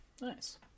Nice